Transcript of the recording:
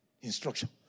Instruction